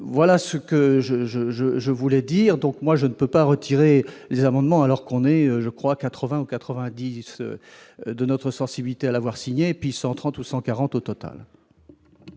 je, je, je, je voulais dire, donc moi je ne peux pas retirer les amendements, alors qu'on est, je crois, 80 ou 90 de notre sensibilité à l'avoir signé, puis 130 ou 140 au total.